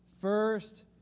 first